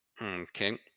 Okay